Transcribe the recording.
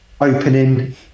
opening